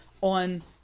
on